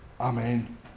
Amen